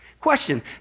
Question